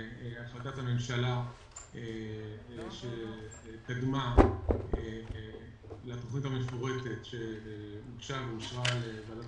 והחלטת הממשלה שקדמה לתוכנית המפורטת שהוגשה ואושרה על ידי ועדת הכספים.